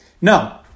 No